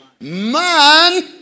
man